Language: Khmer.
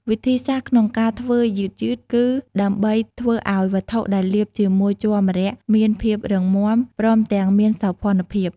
វិធីសាស្ត្រក្នុងការធ្វើយឺតៗគឺដើម្បីធ្វើឱ្យវត្ថុដែលលាបជាមួយជ័រម្រ័ក្សណ៍មានភាពរឹងមាំ ព្រមទាំងមានសោភ័ណភាព។